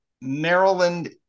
Maryland